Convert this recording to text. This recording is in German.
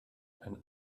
ein